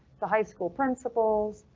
the high school principals,